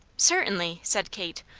certainly! said kate.